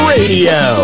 Radio